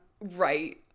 Right